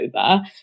over